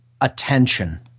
attention